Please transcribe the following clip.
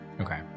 okay